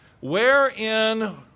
Wherein